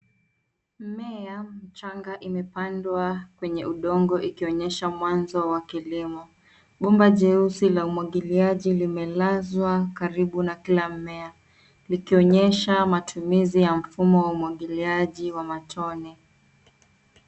Mmea mchanga imepandwa kwenye udongo ikionyesha mwanzo wa kilimo. Bomba jeusi la umwagiliaji limelazwa karibu na kila mmea, likionyesha matumizi ya mfumo wa umwagiliaji wa matone.